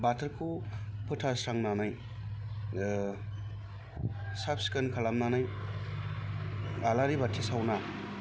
बाथौखौ फोथारस्रांनानै साब सिखोन खालामनानै आलारि बाथि सावना